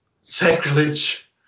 sacrilege